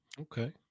okay